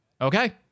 okay